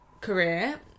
career